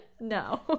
no